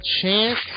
Chance